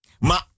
Ma